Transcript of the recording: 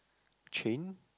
chain